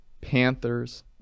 Panthers